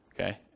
okay